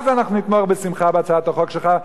אז נתמוך בשמחה בהצעת החוק שלך.